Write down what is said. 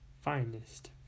finest